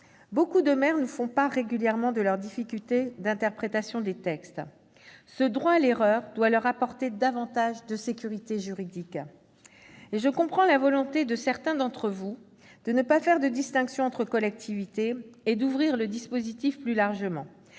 De nombreux maires nous font part régulièrement de leurs difficultés d'interprétation des textes. Ce droit à l'erreur doit leur apporter davantage de sécurité juridique. Je comprends la volonté de certains d'entre vous de ne pas opérer de distinction entre collectivités et d'ouvrir le dispositif plus largement.